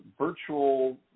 virtual